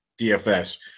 DFS